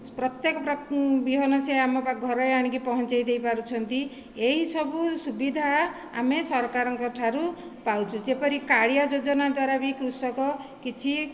ପ୍ରତ୍ୟେକ ବିହନ ସେ ଆମ ଘରେ ଆଣିକି ପହଞ୍ଚେଇ ଦେଇପାରୁଛନ୍ତି ଏହି ସବୁ ସୁବିଧା ଆମେ ସରକାରଙ୍କ ଠାରୁ ପାଉଛୁ ଯେପରି କାଳିଆ ଯୋଜନା ଦ୍ୱାରା ବି କୃଷକ କିଛି